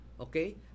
Okay